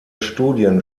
studien